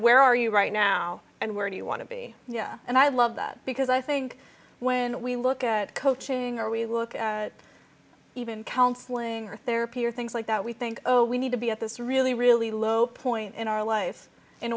where are you right now and where do you want to be yeah and i love that because i think when we look at coaching or we look at even counseling or therapy or things like that we think oh we need to be at this really really low point in our life in